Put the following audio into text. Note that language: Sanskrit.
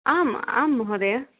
आम् आं महोदय